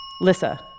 Lissa